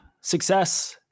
success